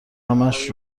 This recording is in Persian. همش